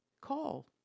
call